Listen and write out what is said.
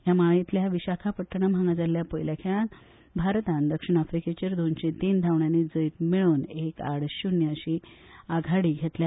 ह्या माळेतल्या विशाखापट्टणम हांगा जाल्ल्या पयल्या खेळात भारतान दक्षिण अफ्रिकेचेर दोनशे तीन धावड्यानी जैत मेळोवन एक आड शुन्य अशी आघाडी घेतल्या